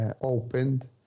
opened